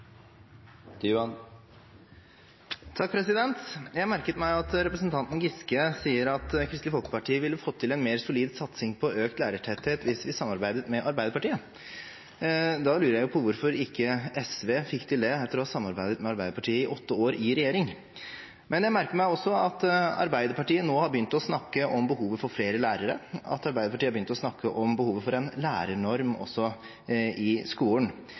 Jeg merket meg at representanten Giske sa at Kristelig Folkeparti ville fått til en mer solid satsing på økt lærertetthet hvis vi samarbeidet med Arbeiderpartiet. Da lurer jeg på hvorfor ikke SV fikk til det etter å ha samarbeidet med Arbeiderpartiet i åtte år i regjering. Jeg merker meg også at Arbeiderpartiet nå har begynt å snakke om behovet for flere lærere, at Arbeiderpartiet har begynt å snakke om behovet for en lærernorm også i skolen.